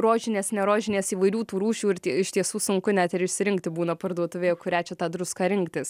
rožinės ne rožinės įvairių tų rūšių ir iš tiesų sunku net išsirinkti būna parduotuvėje kurią čia tą druską rinktis